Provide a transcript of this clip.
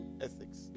ethics